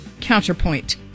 counterpoint